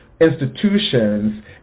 institutions